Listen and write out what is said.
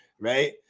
right